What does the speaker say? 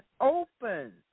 open